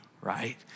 right